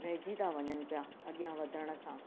रहिजी था वञनि था अॻियां वधण खां